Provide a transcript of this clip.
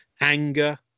anger